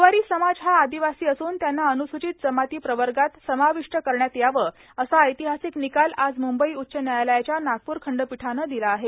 गोवारी समाज हा आर्ादवासी असून त्यांना अनुर्सूर्गाचत जमाती प्रवगात सर्मावष्ट करण्यात यावं असा ऐतिहाासक ानकाल आज मुंबई उच्च न्यायालयाच्या नागपूर खंडपीठानं दिला आहे